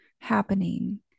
happening